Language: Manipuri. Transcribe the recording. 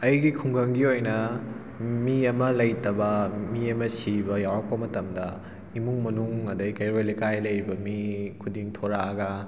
ꯑꯩꯒꯤ ꯈꯨꯡꯒꯪꯒꯤ ꯑꯣꯏꯅ ꯃꯤ ꯑꯃ ꯂꯩꯇꯕ ꯃꯤ ꯑꯃ ꯁꯤꯕ ꯌꯥꯎꯔꯛꯄ ꯃꯇꯝꯗ ꯏꯃꯨꯡ ꯃꯅꯨꯡ ꯑꯗꯩ ꯀꯩꯔꯣꯏ ꯂꯩꯀꯥꯏ ꯂꯩꯔꯤꯕ ꯃꯤ ꯈꯨꯗꯤꯡ ꯊꯣꯔꯛꯑꯒ